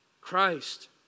Christ